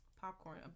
popcorn